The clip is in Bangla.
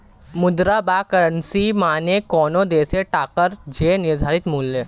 মুদ্রা বা কারেন্সী মানে কোনো দেশের টাকার যে নির্ধারিত মূল্য